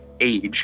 age